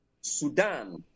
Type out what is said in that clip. Sudan